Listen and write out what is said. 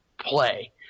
play